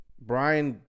Brian